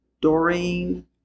Doreen